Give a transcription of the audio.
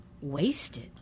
wasted